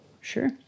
Sure